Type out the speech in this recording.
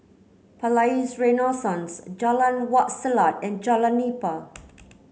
Palais Renaissance Jalan Wak Selat and Jalan Nipah